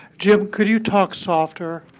jim, could you talk softer?